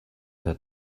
had